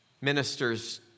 ministers